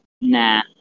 nah